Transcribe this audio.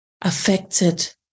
affected